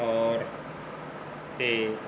ਤੌਰ 'ਤੇ